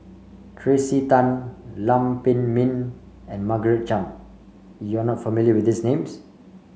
Tracey Tan Lam Pin Min and Margaret Chan you are not familiar with these names